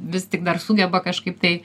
vis tik dar sugeba kažkaip tai